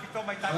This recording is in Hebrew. ופתאום היתה,